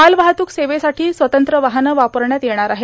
माल वाहतूक सेवेसाठों स्वतंत्र वाहनं वापरण्यात येणार आहेत